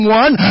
one